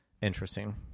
Interesting